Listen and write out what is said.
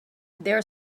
their